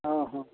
ᱚ ᱦᱚᱸ